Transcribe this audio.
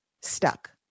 stuck